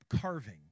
carving